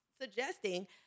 suggesting